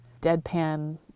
deadpan